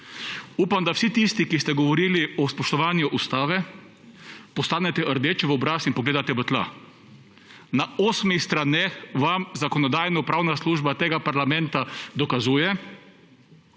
upam, da vsi tisti, ki ste govorili o spoštovanju ustave, postanete rdeči v obraz in pogledate v tla. Na osmih straneh vam Zakonodajno-pravna služba tega parlamenta dokazuje,